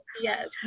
Yes